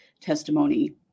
testimony